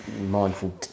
mindful